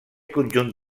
conjunt